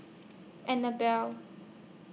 Annabell